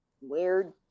weird